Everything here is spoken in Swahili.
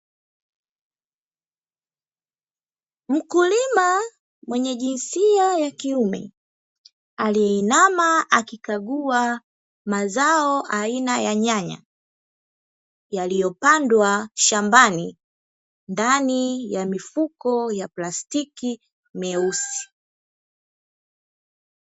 Mkulima mwenye jinsia ya kiume aliye inama huku akikagua mazao aina ya nyanya, yaliyo pandwa shambani ndani ya mifuko ya plastiki meusi.